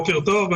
בוקר טוב.